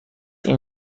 این